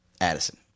Addison